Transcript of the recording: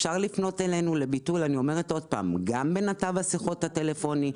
אפשר לפנות אלינו לביטול גם בנתב השיחות הטלפוני,